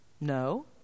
No